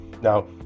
Now